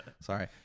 Sorry